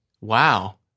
Wow